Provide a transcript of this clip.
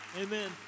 Amen